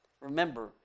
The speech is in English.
Remember